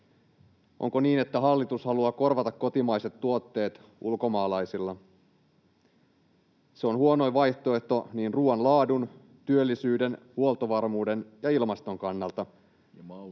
Onko niin, että hallitus haluaa korvata kotimaiset tuotteet ulkomaalaisilla? Se on huonoin vaihtoehto niin ruoan laadun, työllisyyden, huoltovarmuuden kuin ilmaston kannalta,